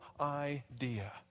idea